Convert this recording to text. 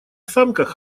санках